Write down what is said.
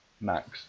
Max